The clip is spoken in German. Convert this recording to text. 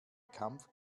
kampf